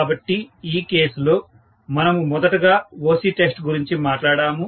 కాబట్టి ఈ కేసు లో మనము మొదటగా OC టెస్ట్ గురించి మాట్లాడాము